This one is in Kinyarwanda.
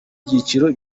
byiciro